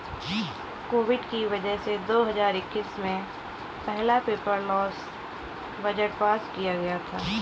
Covid की वजह से दो हजार इक्कीस में पहला पेपरलैस बजट पास किया गया था